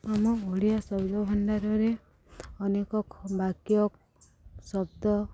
ଆମ ଓଡ଼ିଆ ଶୈବ ଭଣ୍ଡାରରେ ଅନେକ ବାକ୍ୟ ଶବ୍ଦ